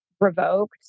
revoked